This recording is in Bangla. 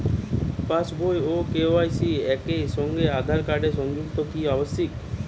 পাশ বই ও কে.ওয়াই.সি একই সঙ্গে আঁধার কার্ড সংযুক্ত কি আবশিক?